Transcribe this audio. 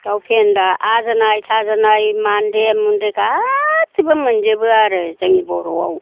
दाव फेन्दा आजोनाय थाजोनाय मान्दे मुन्दे गासिबो मोनजोबो आरो जोंनि बर'आव